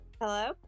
hello